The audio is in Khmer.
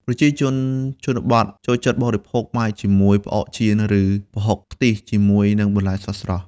ប្រជាជនជនបទចូលចិត្តបរិភោគបាយជាមួយ ផ្អកចៀន ឬប្រហុកខ្ទិះជាមួយនឹងបន្លែស្រស់ៗ។